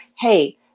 hey